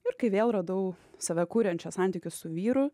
ir kai vėl radau save kuriančią santykius su vyru